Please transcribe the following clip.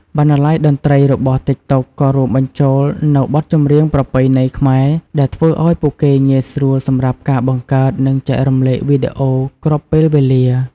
បណ្ណាល័យតន្ត្រីរបស់ តិកតុក ក៏រួមបញ្ចូលនូវបទចម្រៀងប្រពៃណីខ្មែរ ដែលធ្វើឲ្យពួកគេងាយស្រួលសម្រាប់ការបង្កើត និងចែករំលែកវីដេអូគ្រប់ពេលវេលា។